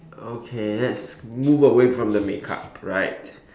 okay let's move away from the makeup right